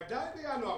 בוודאי בינואר-פברואר,